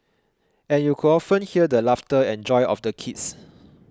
and you could often hear the laughter and joy of the kids